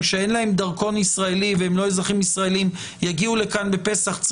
שאין להם דרכון ישראלי והם לא אזרחים ישראלים יגיעו לכאן בפסח והם